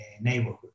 neighborhood